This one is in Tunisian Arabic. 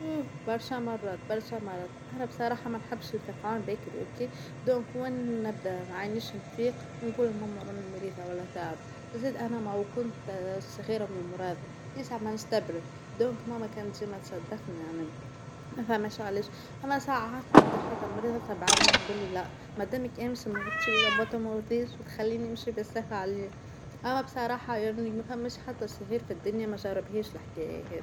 يوه برشا مرات برشا مرض أنا بصراحة منحبش الفيقان باكر اوكى ودى نكون نبدا معانيش نفيق نقول لماما راني مريظة والله تعب، زيادة مانا كنت صغيرة مممراض فيسع ما نستمرض لدوك ماما مكنتش ما تصدقنى يعنى مفهماش عليش، أما ساعات نبدا حمريضة فبعد تجولى لا مدامك أمس وتخليني أمشي بزاف عليه، أنا بصراحة يعنى ما ثماش حدا صغير في الدنيا ما جربهاش الحكاية هاذي.